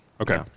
Okay